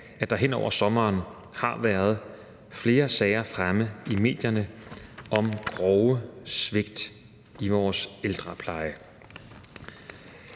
at der hen over sommeren har været flere sager fremme i medierne om grove svigt i vores ældrepleje.